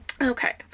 Okay